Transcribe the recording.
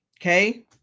okay